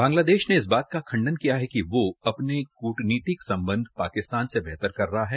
बांग्लादेश ने इस बार का खंडन किया है कि यो अपने राजनीयिक सम्बध पाकिस्तान से बेहतर कर रहा है